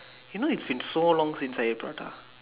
you know it's been so long since I eat prata